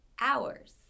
hours